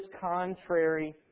contrary